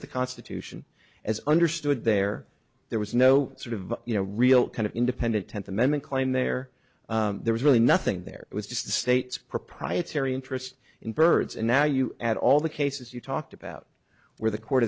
of the constitution as understood there there was no sort of you know a real kind of independent tenth amendment claim there there was really nothing there was just states proprietary interest in birds and now you add all the cases you talked about where the court